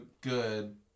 good